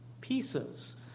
pieces